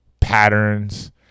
patterns